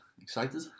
Excited